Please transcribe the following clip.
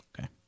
Okay